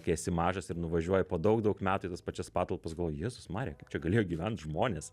kai esi mažas ir nuvažiuoji po daug daug metų į tas pačias patalpas galvoji jezus marija kaip čia galėjo gyvent žmonės